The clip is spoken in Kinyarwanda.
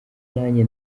nanjye